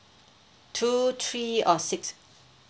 two three or six